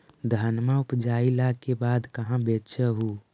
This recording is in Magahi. धनमा उपजाईला के बाद कहाँ बेच हू?